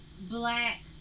black